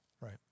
right